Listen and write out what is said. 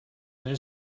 there